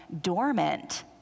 dormant